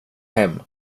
hem